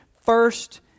first